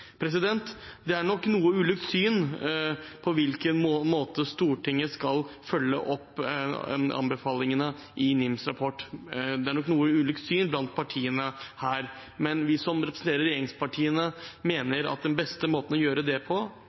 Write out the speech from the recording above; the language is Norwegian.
Det er nok noe ulikt syn blant partiene her på hvordan Stortinget skal følge opp anbefalingene i NIMs rapport. Vi som representerer regjeringspartiene, mener at den beste måten å gjøre det på